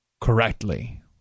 correctly